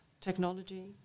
technology